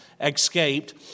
escaped